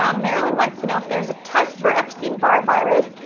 um marilyn wants to know if there is a test for epstein-barr virus.